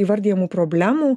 įvardijamų problemų